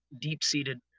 deep-seated